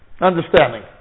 understanding